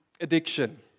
addiction